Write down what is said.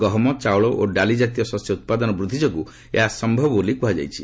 ଗହମ ଚାଉଳ ଓ ଡାଲି ଜାତୀୟ ଶସ୍ୟ ଉତ୍ପାଦନ ବୃଦ୍ଧି ଯୋଗୁଁ ଏହା ସମ୍ଭବ ବୋଲି କୁହାଯାଇଛି